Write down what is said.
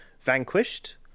vanquished